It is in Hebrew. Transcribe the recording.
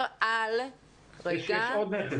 תודה.